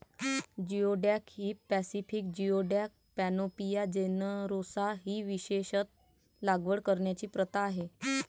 geoduck ही Pacific geoduck, Panopea generosa ही विशेषत लागवड करण्याची प्रथा आहे